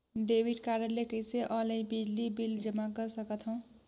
Debit card ले कइसे online बिजली बिल जमा कर सकथव?